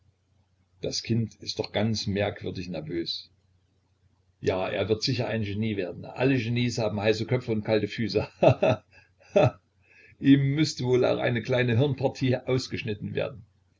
das kind ist doch ganz merkwürdig nervös ja er wird sicher ein genie werden alle genies haben heiße köpfe und kalte füße ha ha ha ihm müßte wohl auch eine kleine hirnpartie ausgeschnitten werden